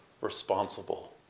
responsible